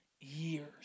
years